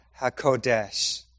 HaKodesh